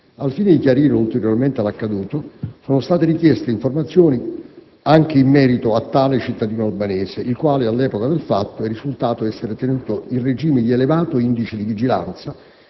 Al fine di chiarire ulteriormente l'accaduto, sono state richieste informazioni anche in merito a tale cittadino albanese, il quale, all'epoca del fatto, è risultato essere detenuto in regime di elevato indice di vigilanza,